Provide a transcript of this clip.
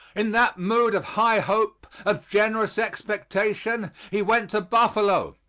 in that mood of high hope, of generous expectation, he went to buffalo,